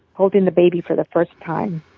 holdin' the baby for the first time.